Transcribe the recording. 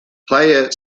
player